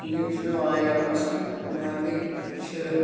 یِم چھِ مےٚ واریاہ پَسند باقٕے چھِ